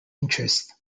interest